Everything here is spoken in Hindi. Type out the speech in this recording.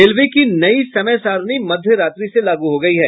रेलवे की नई समय सारिणी मध्य रात्रि से लागू हो गई है